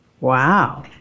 Wow